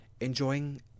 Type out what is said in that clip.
Enjoying